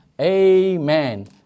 Amen